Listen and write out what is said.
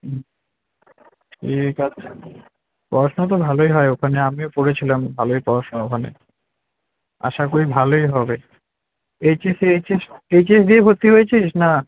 হুম ঠিক আছে পড়াশুনা তো ভালোই হয় ওখানে আমিও পড়েছিলাম ভালোই পড়াশুনা ওখানে আশা করি ভালোই হবে এইচএসে এইচএস এইচএস দিয়ে ভর্তি হয়েছিস না